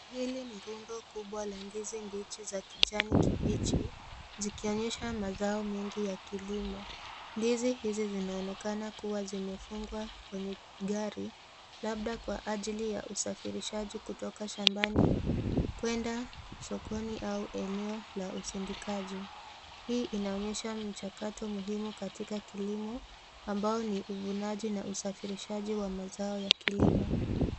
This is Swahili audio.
Hili ni lundo kubwa za ndizi mbichi za kijani kibichi zikionyesha mazao mengi ya kilimo, ndizi hizi zinaonekana kuwa zimefungwa kwenye gari labda kwa ajiri ya usafirishaji kutoka shambani kwenda sokoni au eneo la usindikaji. Hii inaonyesha mchakato muhimu katika kilimo ambao ni uvunaji na usafirishaji wa mazao ya kilimo.